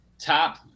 top